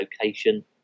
location